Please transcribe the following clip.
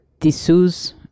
tissues